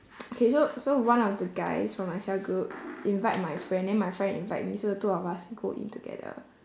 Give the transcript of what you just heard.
okay so so one of the guys from my cell group invite my friend then my friend invite me so the two of us go in together